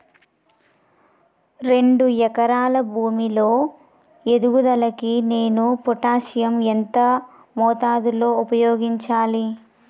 రెండు ఎకరాల భూమి లో ఎదుగుదలకి నేను పొటాషియం ఎంత మోతాదు లో ఉపయోగించాలి?